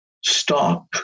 stop